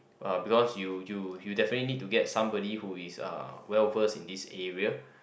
uh because you you you definitely need to get somebody who is uh well first in this area